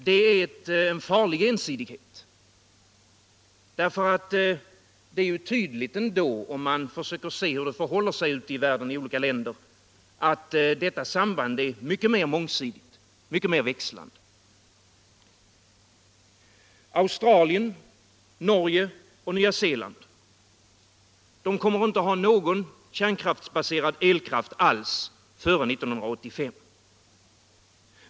Det är en farlig ensidighet, därför att det är ju ändå tydligt, om man försöker se hur det förhåller sig i olika länder ute i världen, att detta samband är mycket mer mångsidigt, mycket mer växlande. Australien, Norge och Nya Zeeland kommer inte att ha någon kärnkraftsbaserad elkraft alls före 1985.